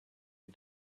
you